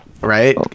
right